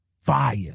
fire